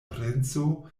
princo